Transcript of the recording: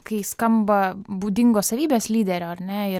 kai skamba būdingos savybės lyderio ar ne ir